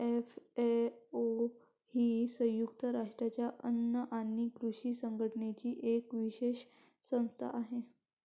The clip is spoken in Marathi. एफ.ए.ओ ही संयुक्त राष्ट्रांच्या अन्न आणि कृषी संघटनेची एक विशेष संस्था आहे